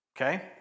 Okay